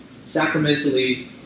sacramentally